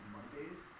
Mondays